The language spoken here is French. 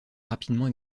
rapidement